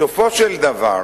בסופו של דבר,